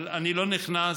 אבל אני לא נכנס,